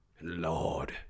Lord